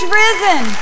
risen